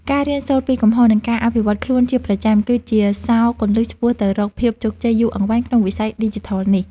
ការរៀនសូត្រពីកំហុស និងការអភិវឌ្ឍខ្លួនជាប្រចាំ គឺជាសោរគន្លឹះឆ្ពោះទៅរកភាពជោគជ័យយូរអង្វែងក្នុងវិស័យឌីជីថលនេះ។